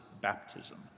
baptism